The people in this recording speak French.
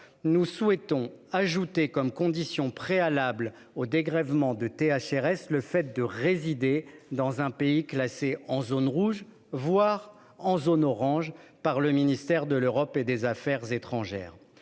nous souhaitons ajouter comme condition préalable au dégrèvement de THRS le fait de résider dans un pays classé par le ministère de l'Europe et des affaires étrangères